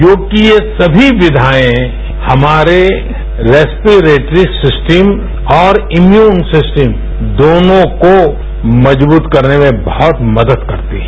योग की ये समी किवाएं हमारे रेस्पेरेट्री सिस्टम और इम्युनिटी सिस्टम दोनों को मजबूत करने में बहुत मदद करता है